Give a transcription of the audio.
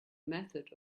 method